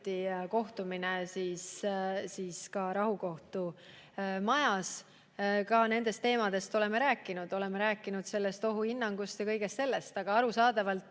kohtumine Rahukohtu majas. Ka nendest teemadest oleme rääkinud, oleme rääkinud ohuhinnangust ja kõigest sellest, aga arusaadavalt